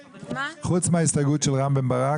חוץ מההסתייגות של רם בן ברק?